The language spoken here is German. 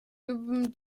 üben